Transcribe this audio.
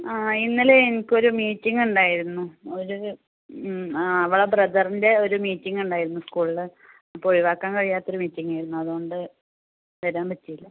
ആ ഇന്നലെ എനിക്കൊരു മീറ്റിങ്ങുണ്ടായിരുന്നു ഒരു അവളെ ബ്രദറിൻറ്റെ ഒരു മീറ്റിങ്ങുണ്ടായിരുന്നു സ്കൂളിൽ അപ്പോൾ ഒഴിവാക്കാൻ കഴിയാത്തൊരു മീറ്റിങ്ങായിരുന്നു അത്കൊണ്ട് വരാൻ പറ്റീല